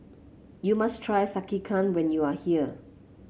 you must try Sekihan when you are here